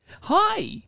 Hi